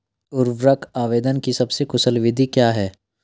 उर्वरक आवेदन की सबसे कुशल विधि क्या है?